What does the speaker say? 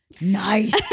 nice